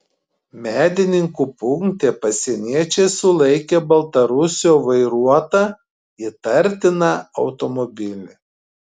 medininkų punkte pasieniečiai sulaikė baltarusio vairuotą įtartiną automobilį